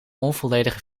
onvolledige